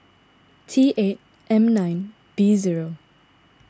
T eight M nine B zero